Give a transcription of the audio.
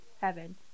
heaven